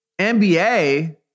NBA